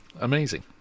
Amazing